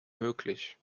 möglich